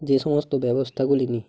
যে সমস্ত ব্যবস্থাগুলি নিই